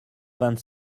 vingt